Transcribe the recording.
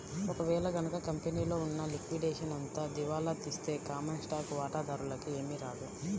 ఒక వేళ గనక కంపెనీలో ఉన్న లిక్విడేషన్ అంతా దివాలా తీస్తే కామన్ స్టాక్ వాటాదారులకి ఏమీ రాదు